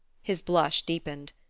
his blush deepened.